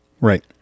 Right